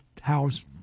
house